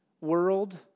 world